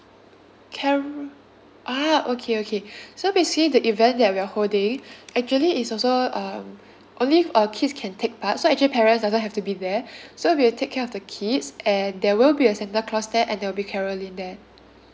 cam~ ah okay okay so basically the event that we are holding actually is also um only uh kids can take part so parents doesn't have to be there so we will take care of the kids and there will be a santa claus there and there will be caroline there